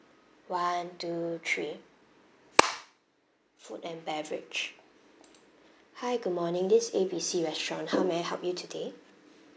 one two three food and beverage hi good morning this A B C restaurant who may I help you today